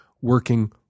working